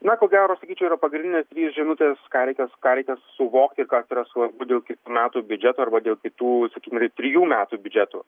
na ko gero sakyčiau yra pagrindinė žinutės ką reikią ką reikia suvokti ir kas yra svarbu dėl kitų metų biudžeto arba dėl kitų sakykim trijų metų biudžetų